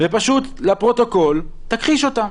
ופשוט לפרוטוקול תכחיש אותם.